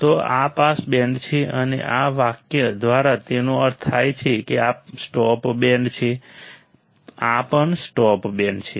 તો આ pass band છે અને આ વાક્ય દ્વારા તેનો અર્થ થાય છે કે આ સ્ટોપ બેન્ડ છે આ પણ સ્ટોપ બેન્ડ છે